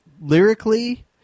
lyrically